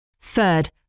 Third